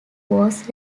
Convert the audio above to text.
was